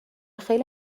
خیلی